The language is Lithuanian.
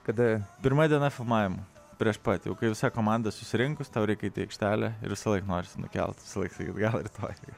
kada pirma diena filmavimo prieš pat jau kai visa komanda susirinkus tau reik eit į aikštelę ir visąlaik norisi nukelt visą laiką gal rytoj